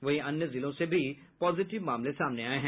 वहीं अन्य जिलों से भी पॉजिटिव मामले सामने आये हैं